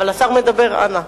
אבל השר מדבר, אנא.